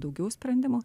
daugiau sprendimų